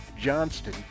Johnston